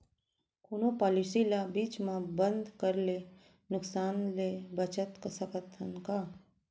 कोनो पॉलिसी ला बीच मा बंद करे ले नुकसान से बचत सकत हन का?